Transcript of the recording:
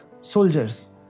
soldiers